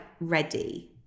ready